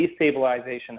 destabilization